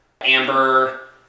Amber